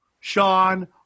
Sean